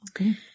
okay